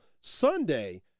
Sunday